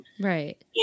Right